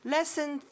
Lesson